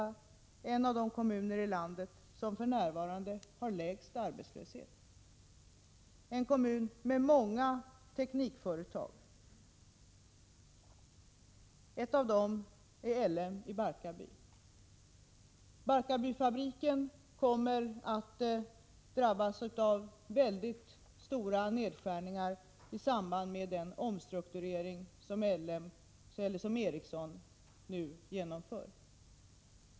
Det är en av de kommuner i landet som för närvarande har låg arbetslöshet, en kommun med många teknikföretag, och ett av dem är Ericsson i Barkarby. Barkarbyfabriken kommer att drabbas av mycket stora nedskärningar i samband med den omstrukturering som Ericsson nu genomför.